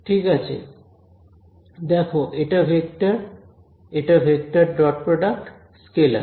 ঠিক আছে দেখো এটা ভেক্টর এটা ভেক্টর ডট প্রডাক্ট স্কেলার